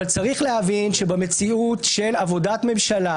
אבל צריך להבין שבמציאות של עבודת ממשלה